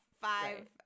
five